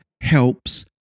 helps